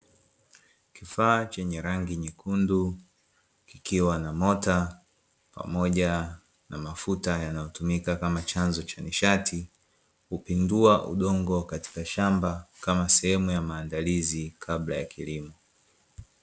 Kifaa chenye rangi nyekundu, kikiwa na mota pamoja na mafuta yanayotumika kama chanzo cha nishati, kupindua udongo katika shamba kama sehemu ya maandalizi kabla ya kilimo.